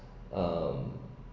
um